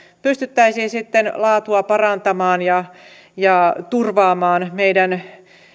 pystyttäisiin sitten laatua parantamaan ja ja turvaamaan meidän